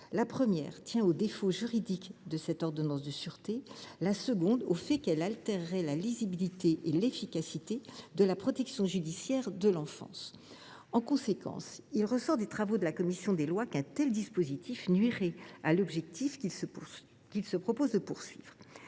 principales : les défauts juridiques de cette ordonnance de sûreté ; le fait qu’elle altérerait la lisibilité et l’efficacité de la protection judiciaire de l’enfance. En conséquence, il ressort des travaux de la commission des lois qu’un tel dispositif nuirait à l’objectif que l’auteure de ce